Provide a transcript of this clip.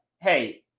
hey